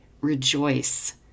rejoice